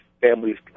Families